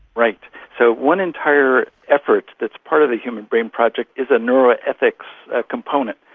right. so one entire effort that's part of the human brain project is a neuro-ethics component.